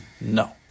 No